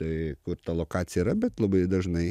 tai kur ta lokacija yra bet labai dažnai